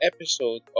episode